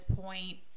point